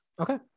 okay